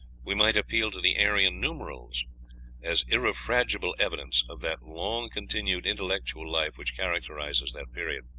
we might appeal to the aryan numerals as irrefragable evidence of that long-continued intellectual life which characterizes that period.